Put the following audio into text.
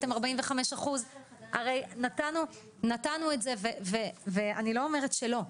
שאתם 45%. הרי נתנו את זה ואני לא אומרת שלא.